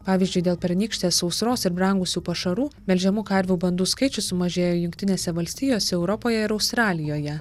pavyzdžiui dėl pernykštės sausros ir brangusių pašarų melžiamų karvių bandų skaičius sumažėjo jungtinėse valstijose europoje ir australijoje